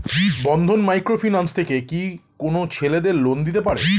বন্ধন micro finance থেকে কি কোন ছেলেদের লোন দিতে পারে?